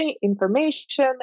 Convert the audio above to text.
information